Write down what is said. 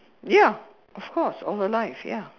ya of course all her life ya